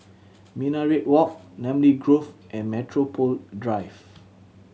Minaret Walk Namly Grove and Metropole Drive